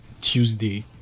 tuesday